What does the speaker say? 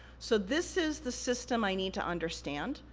so, this is the system i need to understand.